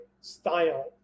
style